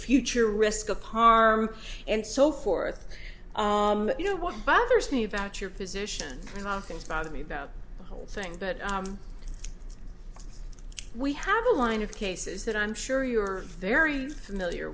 future risk of harm and so forth you know what bothers me about your position on things bother me about the whole thing but we have a line of cases that i'm sure you're very familiar